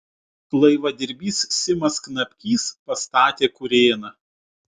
laivadirbys simas knapkys pastatė kurėną